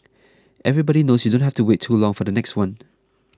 everybody knows you don't have to wait too long for the next one